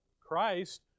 Christ